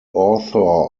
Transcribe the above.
author